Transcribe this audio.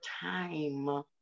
time